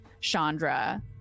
Chandra